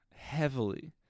heavily